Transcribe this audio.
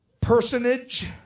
Personage